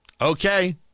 Okay